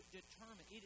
determine